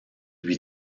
lui